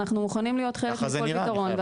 אנחנו מוכנים להיות חלק מכל פתרון,